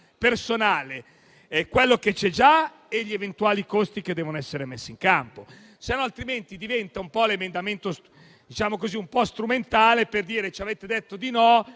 personale, quello che c'è già e gli eventuali costi che devono essere messi in campo. Altrimenti diventa un emendamento un po' strumentale per dire abbiamo detto di no,